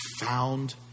found